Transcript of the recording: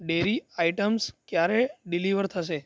dairy items ક્યારે deliver થશે